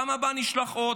בפעם הבאה נשלח עוד,